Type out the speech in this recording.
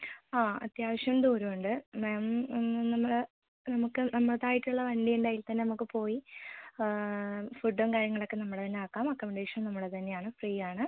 ആ അത്യാവശ്യം ദൂരം ഉണ്ട് മാം ഒന്ന് നമ്മൾ നമുക്ക് നമ്മളെതായിട്ടുള്ള വണ്ടി ഉണ്ട് അതിൽ തന്നെ നമുക്ക് പോയി ഫുഡും കാര്യങ്ങളൊക്കെ നമ്മൾ തന്നെ ആക്കാം അക്കോമഡേഷൻ നമ്മൾ തന്നെ ആണ് ഫ്രീ ആണ്